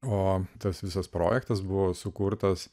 o tas visas projektas buvo sukurtas